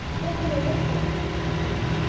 there go my letters, said katy,